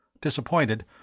Disappointed